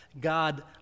God